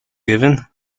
given